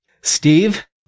Steve